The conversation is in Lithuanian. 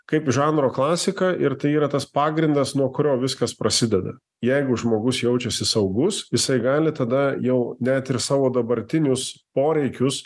kaip žanro klasika ir tai yra tas pagrindas nuo kurio viskas prasideda jeigu žmogus jaučiasi saugus jisai gali tada jau net ir savo dabartinius poreikius